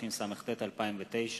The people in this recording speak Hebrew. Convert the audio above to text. התשס”ט 2009,